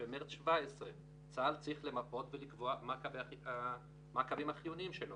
במרס 17. צה"ל צריך למפות ולקבוע מה הקווים החיוניים שלו